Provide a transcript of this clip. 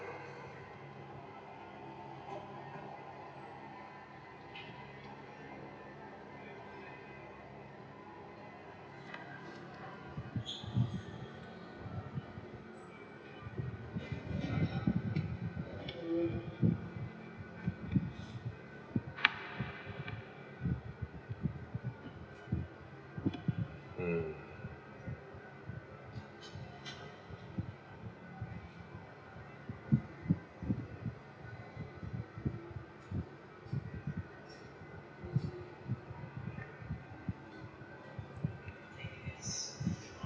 mm